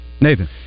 Nathan